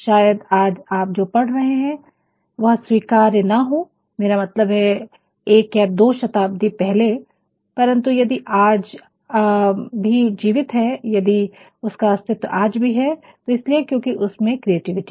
शायद आज आप जो पढ़ रहे हैं वह स्वीकार्य ना हो मेरा मतलब है एक या दो शताब्दी पहले परंतु यदि यह आज भी जीवित है यदि उसका अस्तित्व आज भी है तो इसलिए क्योंकि उसमें क्रिएटिविटी है